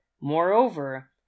Moreover